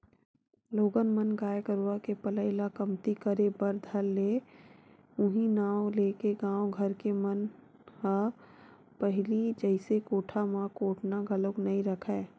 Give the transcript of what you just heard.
लोगन मन गाय गरुवा के पलई ल कमती करे बर धर ले उहीं नांव लेके गाँव घर के मन ह पहिली जइसे कोठा म कोटना घलोक नइ रखय